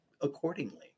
accordingly